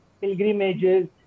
pilgrimages